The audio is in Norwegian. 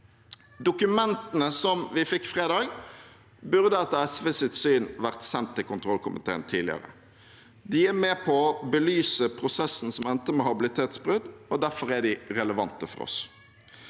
Dokumentene vi fikk fredag, burde etter SVs syn vært sendt til kontrollkomiteen tidligere. De er med på å belyse prosessen som endte med habilitetsbrudd, og derfor er de relevante for oss.